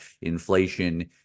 inflation